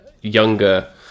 younger